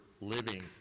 living